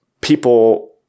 people